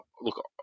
look